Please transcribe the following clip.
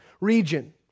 region